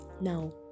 now